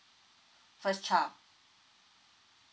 first child